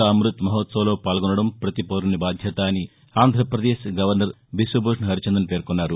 కా అమృత్ మహోత్సవ్లో పాల్గొనటం పతి పౌరుని బాధ్యత అని ఆంధ్రప్రదేశ్ గవర్నర్ బిశ్వభూషణ్ హరిచందన్ పేర్కొన్నారు